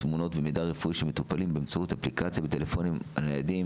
תמונות ומידע רפואי של מטופלים באמצעות אפליקציה בטלפונים הניידים,